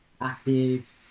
active